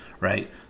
right